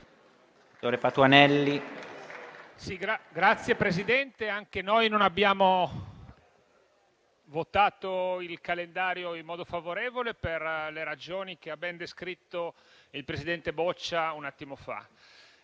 Signor Presidente, anche noi non abbiamo votato il calendario in modo favorevole per le ragioni che ha ben descritto il presidente Boccia un attimo fa.